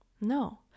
No